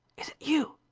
is it you?